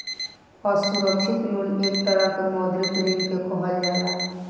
असुरक्षित लोन एक तरह के मौद्रिक ऋण के कहल जाला